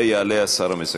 ויעלה השר לסכם.